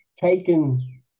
taken